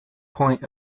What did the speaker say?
point